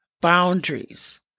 boundaries